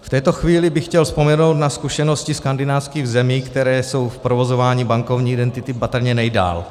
V této chvíli bych chtěl vzpomenout na zkušenosti skandinávských zemí, které jsou v provozování bankovní identity patrně nejdále.